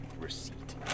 Receipt